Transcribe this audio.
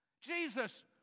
Jesus